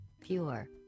pure